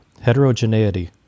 Heterogeneity